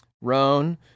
Roan